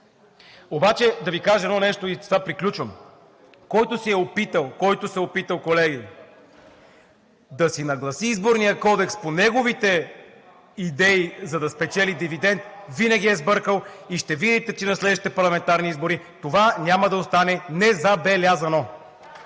Обаче да ви кажа едно нещо и с това приключвам. Който се е опитал, колеги, да си нагласи Изборния кодекс по неговите идеи, за да спечели дивидент, винаги е бъркал, и ще видите, че на следващите парламентарни избори това няма да остане незабелязано.